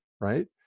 right